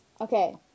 okay